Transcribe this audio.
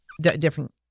Different